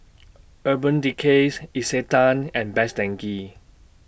Urban Decay Isetan and Best Denki